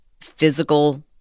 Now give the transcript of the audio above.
physical